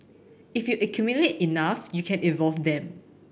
if you accumulate enough you can evolve them